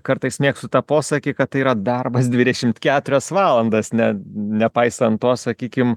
kartais mėgstu tą posakį kad tai yra darbas dvidešimt keturias valandas ne nepaisant to sakykim